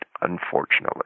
unfortunately